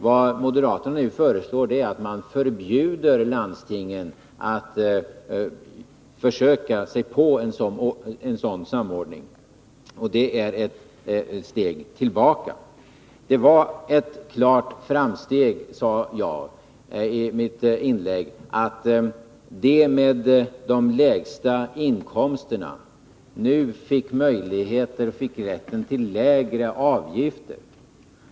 Vad moderaterna nu föreslår är att man skall förbjuda landstingen att försöka sig på en sådan samordning, och det är ett steg tillbaka. Det var ett klart framsteg, sade jag i mitt inlägg, att de som har de lägsta inkomsterna fick rätten till lägre avgifter.